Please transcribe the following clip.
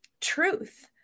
truth